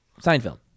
Seinfeld